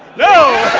no!